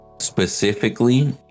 specifically